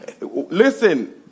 Listen